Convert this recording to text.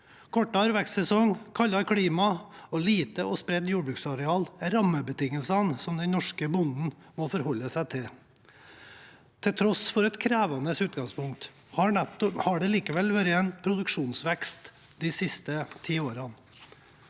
Kortere vekstsesong, kaldere klima og lite og spredt jordbruksareal er rammebetingelsene som den norske bonden må forholde seg til. Til tross for et krevende utgangspunkt har det likevel vært en produksjonsvekst de siste tiårene.